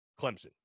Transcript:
Clemson